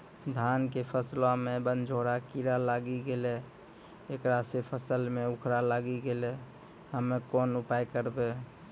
धान के फसलो मे बनझोरा कीड़ा लागी गैलै ऐकरा से फसल मे उखरा लागी गैलै हम्मे कोन उपाय करबै?